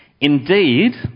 indeed